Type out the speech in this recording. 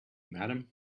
madam